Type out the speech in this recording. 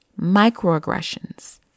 microaggressions